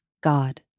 God